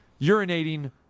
urinating